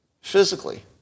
Physically